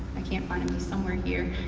i can't find him, he's somewhere here.